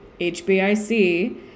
HBIC